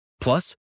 Plus